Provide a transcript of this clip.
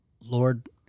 Lord